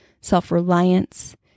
self-reliance